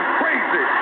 crazy